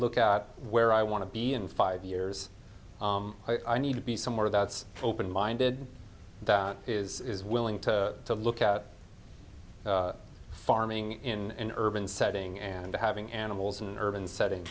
look at where i want to be in five years i need to be somewhere that's open minded that is is willing to look at farming in an urban setting and having animals in an urban setting